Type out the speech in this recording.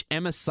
Emma